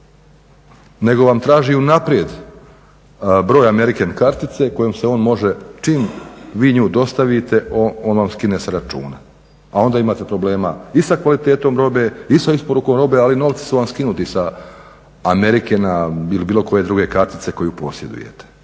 nego vam traži unaprijed broj American kartice kojom se on može čim vi nju dostavite on vam skine sa računa. A onda imate problema i sa kvalitetom robe i sa isporukom robe, ali novci su vam skinuti sa Americana ili bilo koje druge kartice koju posjedujete